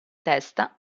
testa